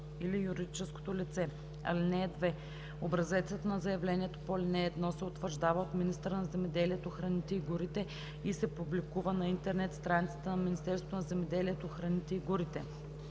или юридическото лице. (2) Образецът на заявлението по ал. 1 се утвърждава от министъра на земеделието, храните и горите и се публикува на интернет страницата на Министерството на земеделието, храните и горите.